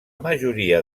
majoria